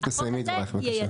תסיימי את דברייך, בבקשה.